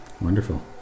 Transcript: wonderful